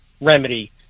remedy